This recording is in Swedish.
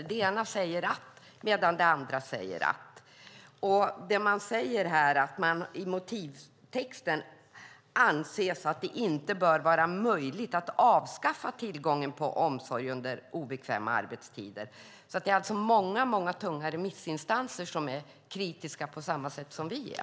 I det ena kapitlet sägs en sak, och i det andra kapitlet sägs en annan sak. Det sägs här att det enligt motivtexten inte bör vara möjligt att avskaffa tillgång på omsorg under obekväma arbetstider. Det är alltså många tunga remissinstanser som är kritiska på samma sätt som vi är.